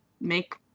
make